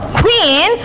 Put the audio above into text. queen